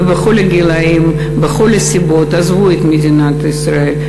ובכל הגילים ומכל הסיבות עזבו את מדינת ישראל.